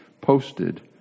posted